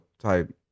type